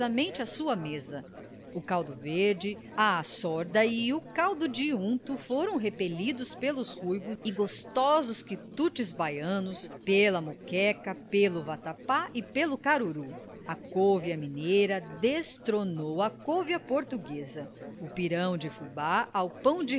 a sua mesa o caldo verde a açorda e o caldo de unto foram repelidos pelos ruivos e gostosos quitutes baianos pela muqueca pelo vatapá e pelo caruru a couve à mineira destronou a couve à portuguesa o pirão de fubá ao pão de